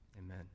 Amen